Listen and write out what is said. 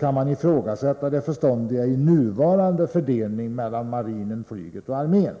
kan man ifrågasätta det förståndiga i nuvarande fördelning mellan marinen, flyget och armén.